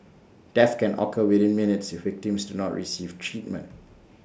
death can occur within minutes if victims do not receive treatment